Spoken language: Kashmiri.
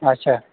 آچھا